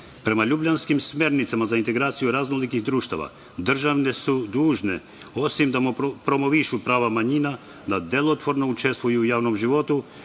prava. Prema Ljubljanskim smernicama za integraciju raznolikih društava, države su dužne osim da promovišu prava manjina da delotvorno učestvuju u javnom životu